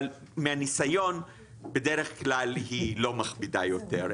אבל מהניסיון בדרך כלל היא לא מכבידה יותר.